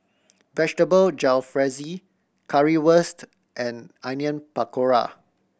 Vegetable Jalfrezi Currywurst and Onion Pakora